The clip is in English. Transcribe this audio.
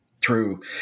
True